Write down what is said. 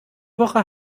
woche